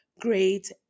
great